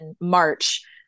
March